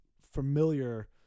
familiar